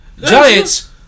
Giants